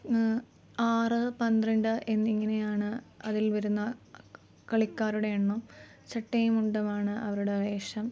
ആറ് പന്ത്രണ്ട് എന്നിങ്ങനെയാണ് അതിൽ വരുന്ന കളിക്കാരുടെ എണ്ണം ചട്ടയും മുണ്ടുമാണ് അവരുടെ വേഷം